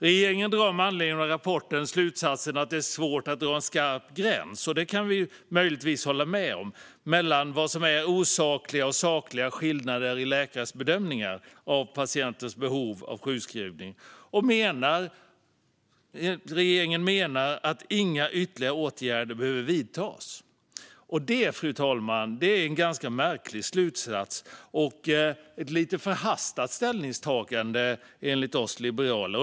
Regeringen drar med anledning av rapporten slutsatsen att det är svårt att dra en skarp gräns mellan vad som är osakliga och vad som är sakliga skillnader i läkarnas bedömningar av patienters behov av sjukskrivning, och detta kan vi möjligtvis hålla med om. Regeringen menar att inga ytterligare åtgärder behöver vidtas, men det, fru talman, är en ganska märklig slutsats och ett lite förhastat ställningstagande, enligt oss liberaler.